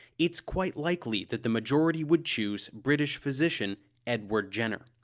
it's quite likely that the majority would choose british physician edward jenner.